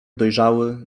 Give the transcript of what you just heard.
dojrzały